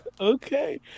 Okay